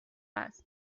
است